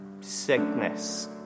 sickness